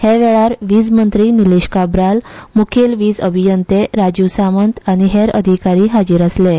हे वेळार वीजमंत्री निलेश काब्राल म्खेल वीज अभियंते राजीव सामंत आनी हेर अधिकारी हाजीर आसलें